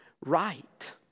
right